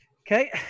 Okay